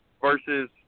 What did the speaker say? versus